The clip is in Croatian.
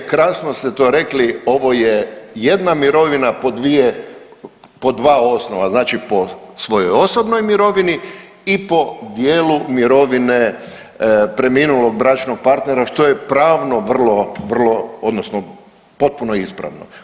Krasno ste to rekli, ovo je jedna mirovina po dva osnova, znači po svojoj osobnoj mirovini i po dijelu mirovine preminulog bračnog partnera, što je pravno vrlo, vrlo, odnosno potpuno ispravno.